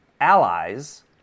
allies